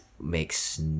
makes